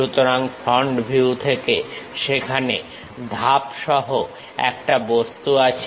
সুতরাং front view থেকে সেখানে ধাপ সহ একটা বস্তু আছে